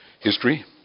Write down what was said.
history